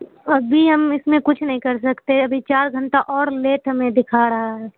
ابھی ہم اس میں کچھ نہیں کر سکتے ابھی چار گھنٹہ اور لیٹ ہمیں دکھا رہا ہے